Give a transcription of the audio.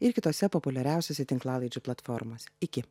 ir kitose populiariausiose tinklalaidžių platformose iki